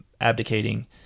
abdicating